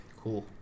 Cool